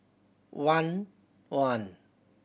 one one